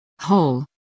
Whole